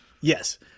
Yes